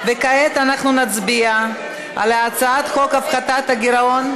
כעת אנחנו נצביע על הצעת חוק הפחתת הגירעון,